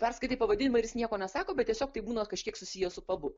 perskaitai pavadinimą ir jis nieko nesako bet tiesiog tai būna kažkiek susiję su pabu